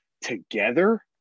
together